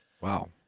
Wow